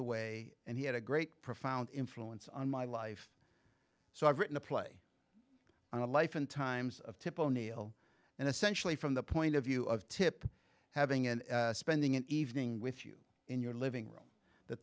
away and he had a great profound influence on my life so i've written a play on a life and times of tip o'neill and essentially from the point of view of tip having and spending an evening with you in your living room the